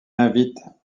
invite